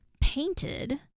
painted